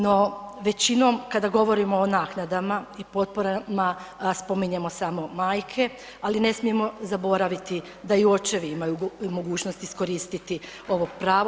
No većinom kada govorimo o naknadama i potporama spominjemo samo majke, ali ne smijemo zaboraviti da i očevi imaju mogućnost iskoristiti ovo pravo.